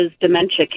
dementia